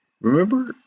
remember